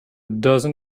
dozen